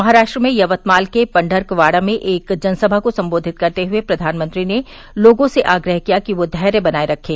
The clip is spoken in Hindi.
महाराष्ट्र में यवतमाल के पंढर्कवाड़ा में एक जनसभा को सम्बोधित करते हुए प्रधानमंत्री ने लोगों से आग्रह किया कि वे धैर्य बनाये रखें